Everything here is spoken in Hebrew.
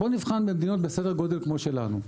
בוא נבחן במדינות בסדר גודל כמו שלנו.